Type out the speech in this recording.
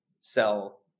sell